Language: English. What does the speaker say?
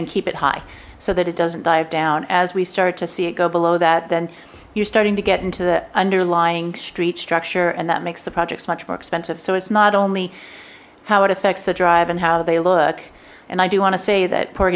and keep it high so that it doesn't dive down as we start to see it go below that then you're starting to get into the underlying street structure and that makes the projects much more expensive so it's not only how it affects the drive and how they look and i do want to say that poor